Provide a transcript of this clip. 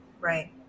Right